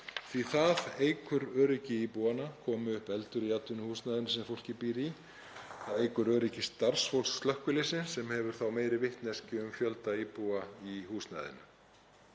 Það eykur öryggi íbúanna komi upp eldur í atvinnuhúsnæðinu sem fólkið býr í og eykur öryggi starfsfólks slökkviliðsins sem hefur meiri vitneskju um fjölda íbúa í húsnæðinu.